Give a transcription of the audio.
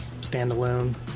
standalone